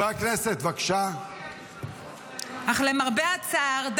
אך למרבה הצער,